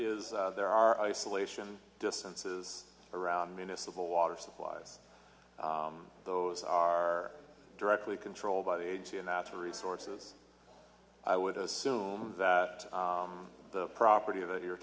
is there are isolation distances around municipal water supplies those are directly controlled by the age and natural resources i would assume that the property that you're